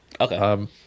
Okay